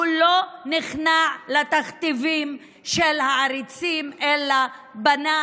הוא לא נכנע לתכתיבים של העריצים אלא בנה